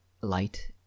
light